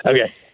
Okay